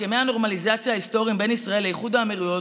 הסכמי הנורמליזציה ההיסטוריים בין ישראל לאיחוד האמירויות,